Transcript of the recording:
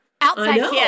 Outside